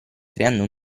creando